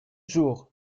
jour